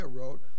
wrote